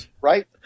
right